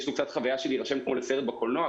יש --- חוויה של להירשם לסרט בקולנוע.